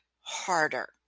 harder